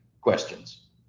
questions